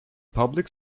public